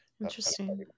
interesting